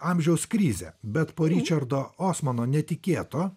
amžiaus krizę bet po ričardo osmano netikėto